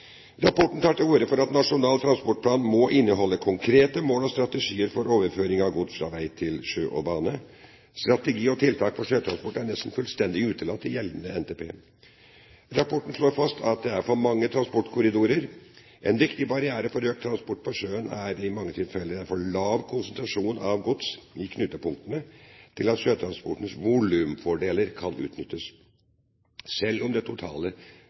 Rapporten tar til orde for at Nasjonal transportplan må inneholde konkrete mål og strategier for overføring av gods fra vei til sjø og bane. Strategi og tiltak for sjøtransport er nesten fullstendig utelatt i gjeldende NTP. Rapporten slår fast at det er for mange transportkorridorer. En viktig barriere for økt transport på sjøen er at det i mange tilfeller er for lav konsentrasjon av gods i knutepunktene til at sjøtransportens volumfordeler kan utnyttes, selv om den totale